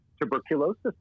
tuberculosis